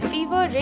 Fever